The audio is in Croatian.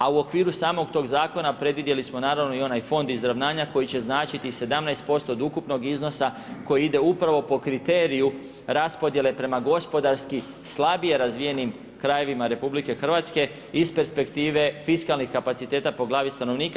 A u okviru samog tog zakona, predvidjeli smo naravno i onaj fond izravnanja koji će značiti 17% od ukupnog iznosa koji ide upravo po kriteriju raspodijele prema gospodarski slabije razvijenim krajevima RH iz perspektive fiskalnih kapaciteta po glavi stanovnika.